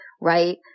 Right